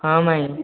ହଁ ମାଇଁ